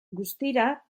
guztira